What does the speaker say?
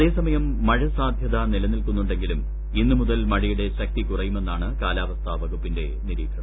അതേസമയം മഴ സാധ്യത നിലനിൽക്കുന്നുണ്ടെങ്കിലും ഇന്ന് മുതൽ മഴയുടെ ശക്തി കുറയുമെന്നാണ് കാലാവസ്ഥ വകുപ്പിന്റെ നിരീക്ഷണം